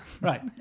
Right